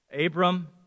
Abram